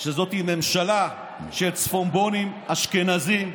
שזאת ממשלה של צפונבונים אשכנזים,